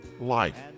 life